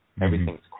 Everything's